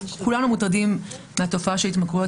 כולנו מוטרדים מהתופעה של התמכרויות